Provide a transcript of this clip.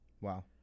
Wow